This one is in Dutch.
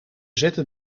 zette